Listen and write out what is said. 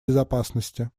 безопасности